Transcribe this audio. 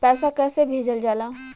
पैसा कैसे भेजल जाला?